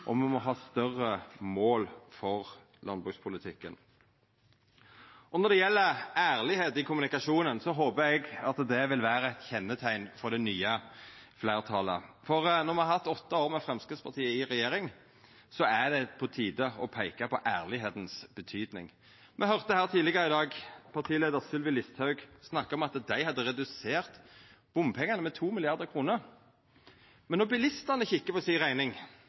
og me må ha større mål for landbrukspolitikken. Og når det gjeld ærlegdom i kommunikasjonen, håpar eg at det vil vera eit kjenneteikn på det nye fleirtalet, for etter åtte år – også med Framstegspartiet i regjering – er det på tide å peika på betydninga av ærlegdom. Me høyrde tidlegare i dag partileiar Sylvi Listhaug snakka om at dei hadde redusert bompengane med 2 mrd. kr, men når bilistane kikar på si rekning